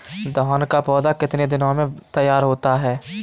धान का पौधा कितने दिनों में तैयार होता है?